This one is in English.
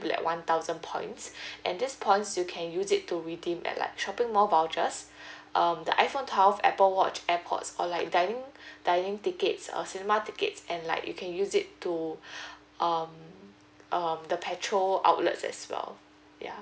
it will be like one thousand points and these points you can use it to redeem at like shopping mall vouchers um the iphone twelve apple watch airpods or like dining dining tickets a cinema tickets and like you can use it to um um the petrol outlets as well ya